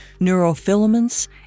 neurofilaments